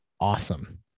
awesome